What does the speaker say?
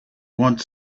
want